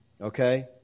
Okay